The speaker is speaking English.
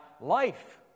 life